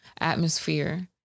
atmosphere